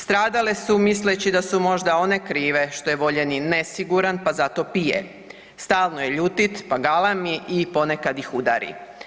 Stradale su misleći da su možda one krive što je voljeni nesiguran, pa zato pije, stalno je ljutit, pa galami i ponekad ih udari.